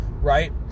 Right